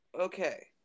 Okay